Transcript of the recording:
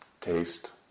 Taste